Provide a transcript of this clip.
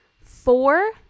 four